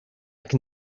can